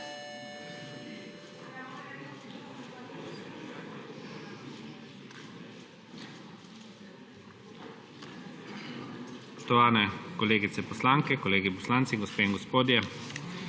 Spoštovane kolegice poslanke, kolegi poslanci, gospe in gospodje!